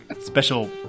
special